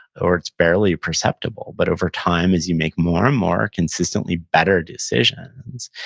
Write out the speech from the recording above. or, it's barely perceptible, but, over time, as you make more and more consistently better decisions,